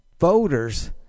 voters